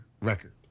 record